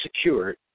secured